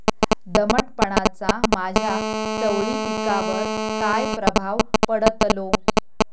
दमटपणाचा माझ्या चवळी पिकावर काय प्रभाव पडतलो?